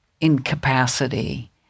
incapacity